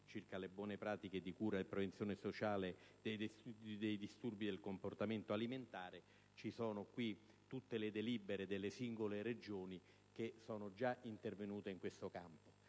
alle buone pratiche di cura e prevenzione sociale dei disturbi del comportamento alimentare. Sono in esso contenute tutte le delibere delle singole Regioni che sono già intervenute in questo campo.